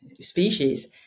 species